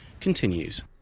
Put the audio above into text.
continues